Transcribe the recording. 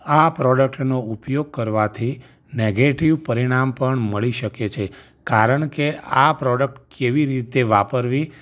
આ પ્રોડક્ટનો ઉપયોગ કરવાથી નૅગેટિવ પરિણામ પણ મળી શકે છે કારણકે આ પ્રૉડક્ટ કેવી રીતે વાપરવી